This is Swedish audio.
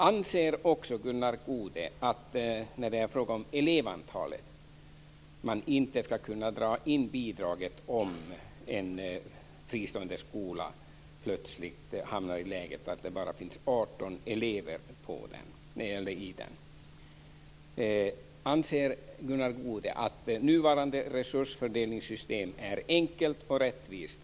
Anser Gunnar Goude när det gäller elevantalet att man inte ska kunna dra in bidraget om en fristående skola plötsligt hamnar i läget att den bara har 18 elever? Anser Gunnar Goude att nuvarande resursfördelningssystem är enkelt och rättvist?